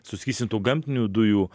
suskystintų gamtinių dujų